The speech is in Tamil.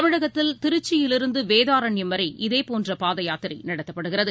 தமிழகத்தில் திருச்சியிலிருந்துவேதாரண்யம் வரை இதேபோன்றபாதயாத்திரைநடத்தப்படுகிறது